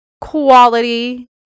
quality